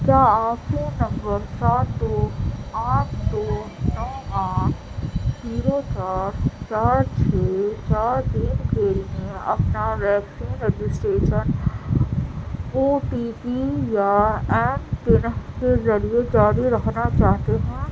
کیا آپ phone number سات دو آٹھ دو نو آٹھ زیرو سات چار چھ چار تین کے لیے اپنا vaccine registration O T P یا ایم پن کے ذریعے جاری رکھنا چاہتے ہیں